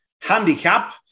handicap